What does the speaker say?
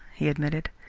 he admitted.